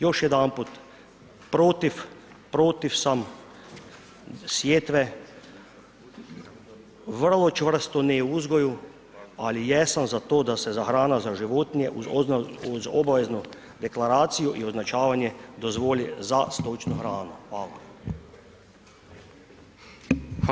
Još jedanput, protiv protiv sam sjetve vrlo čvrsto ne uzgoju ali jesam za to da se hrana za životinje uz obaveznu deklaraciju i označavanje dozvoli za stočna hrana, hvala.